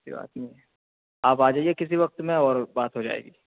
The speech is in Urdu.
کوئی بات نہیں ہے آپ آ جائیے کسی وقت میں اور بات ہو جائے گی